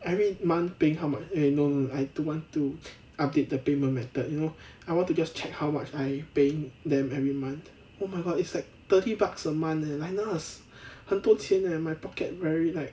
every month paying how much eh no no no I don't want to update the payment method you know I want to just check how much I paying them every month oh my god it's like thirty bucks a month leh linus 很多钱 leh my pocket very